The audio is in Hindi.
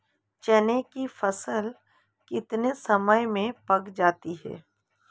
चने की फसल कितने समय में पक जाती है?